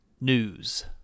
News